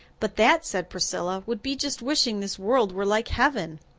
but that, said priscilla, would be just wishing this world were like heaven.